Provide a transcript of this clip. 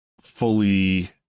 fully